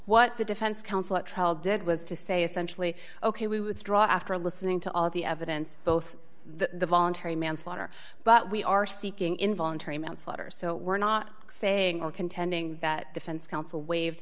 what the defense counsel at trial did was to say essentially ok we withdraw after listening to all the evidence both the voluntary manslaughter but we are seeking involuntary manslaughter so we're not saying or contending that defense counsel waived